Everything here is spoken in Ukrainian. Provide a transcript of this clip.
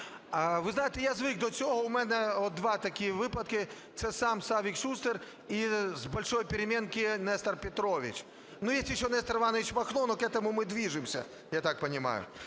Ви знаєте, я звик до цього, в мене два такі випадки – це сам Савік Шустер і с "Большой переменки" Нестор Петрович. Ну, есть еще Нестор Иванович Махно, но к этому мы движемся, я так понимаю.